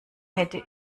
hätte